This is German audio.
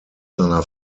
seiner